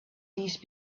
these